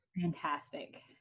fantastic